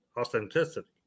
authenticity